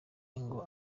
ngo